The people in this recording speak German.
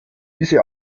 diese